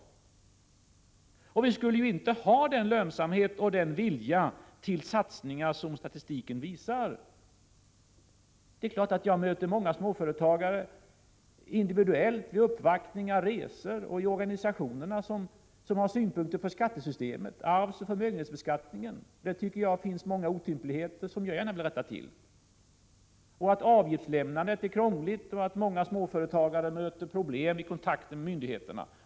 Vi skulle inte ha den lönsamhet och den vilja till satsningar som statistiken visar. Det är klart att jag möter många småföretagare, individuellt vid uppvaktningar och resor samt inom organisationerna, som har synpunkter på skattesystemet, på arvsoch förmögenhetsbeskattning. Också jag tycker att det finns många otympligheter som jag skulle vilja rätta till. Vidare kan det gälla detta att uppgiftslämnandet är krångligt och att många småföretagare möter problem vid kontakten med myndigheterna.